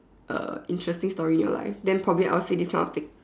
a interesting story in your life then probably I will say this kind of thing